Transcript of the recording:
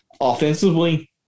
Offensively